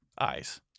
eyes